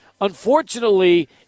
unfortunately